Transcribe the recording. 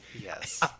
Yes